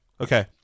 Okay